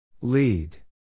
Lead